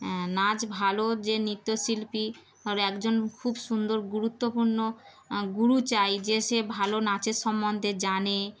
নাচ ভালো যে নৃত্যশিল্পী আর একজন খুব সুন্দর গুরুত্বপূর্ণ গুরু চাই যে সে ভালো নাচের সম্বন্ধে জানে